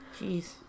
Jeez